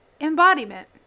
embodiment